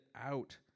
out